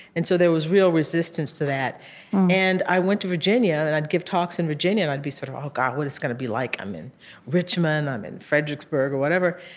and so there was real resistance to that and i went to virginia, and i'd give talks in virginia, and i'd be sort of oh, god, what is this going to be like? i'm in richmond. i'm in fredericksburg. or whatever.